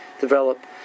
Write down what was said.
develop